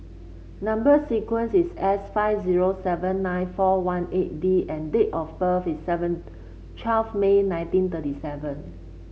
number sequence is S five zero seven nine four one eight D and date of birth is seven twelfth May nineteen thirty seven